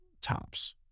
tops